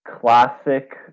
classic